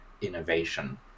innovation